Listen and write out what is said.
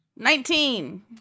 Nineteen